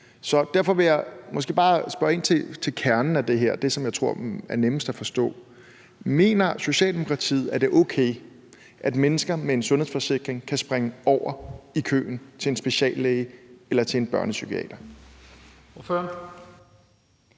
Så derfor vil jeg måske bare spørge ind til kernen af det her, det, som jeg tror er nemmest at forstå: Mener Socialdemokratiet, at det er okay, at mennesker med en sundhedsforsikring kan springe over i køen til en speciallæge eller til en børnepsykiater?